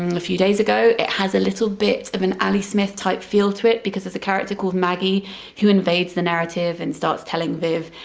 um few days ago it has a little bit of an ali smith type feel to it because there's a character called maggie who invades the narrative and starts telling viv